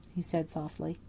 he said softly.